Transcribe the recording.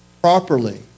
properly